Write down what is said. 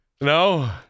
No